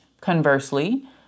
conversely